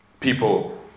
People